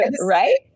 Right